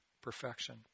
perfection